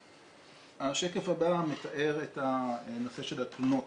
השקף הבא מתאר את הנושא של התלונות.